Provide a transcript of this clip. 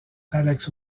alex